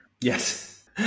Yes